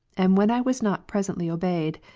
and when i was not presently obeyed,